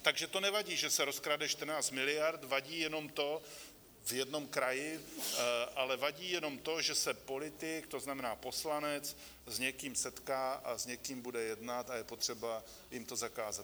Takže to nevadí, že se rozkrade 14 miliard v jednom kraji, ale vadí jenom to, že se politik, to znamená poslanec, s někým setká a s někým bude jednat, a je potřeba jim to zakázat.